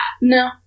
No